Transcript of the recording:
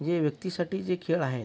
जे व्यक्तीसाठी जे खेळ आहेत